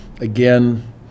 Again